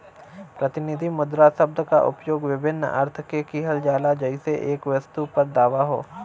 प्रतिनिधि मुद्रा शब्द क उपयोग विभिन्न अर्थ में किहल जाला जइसे एक वस्तु पर दावा हौ